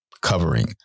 covering